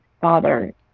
father